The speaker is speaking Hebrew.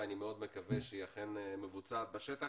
ואני מאוד מקווה שהיא אכן מבוצעת בשטח.